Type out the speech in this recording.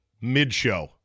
mid-show